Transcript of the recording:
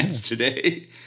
today